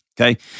Okay